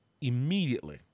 immediately